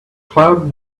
cloud